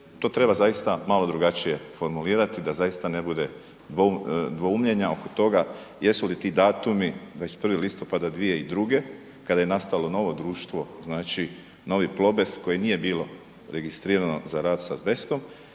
to treba zaista malo drugačije formulirati da zaista ne bude dvoumljenja oko toga jesu li ti datumi 21.10.2002. kada je nastalo novo društvo, znači Novi Plobes koji nije bilo registrirano za rad s azbestom